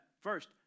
first